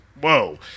Whoa